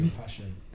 passion